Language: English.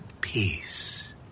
Peace